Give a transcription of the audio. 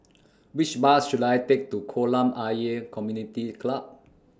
Which Bus should I Take to Kolam Ayer Community Club